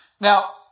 Now